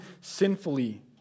sinfully